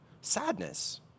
sadness